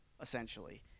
essentially